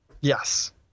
Yes